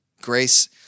Grace